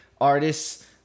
artists